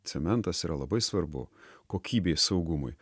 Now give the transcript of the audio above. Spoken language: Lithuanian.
cementas yra labai svarbu kokybei saugumui